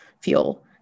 feel